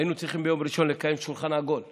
היינו צריכים לקיים ביום ראשון שולחן עגול אצלי,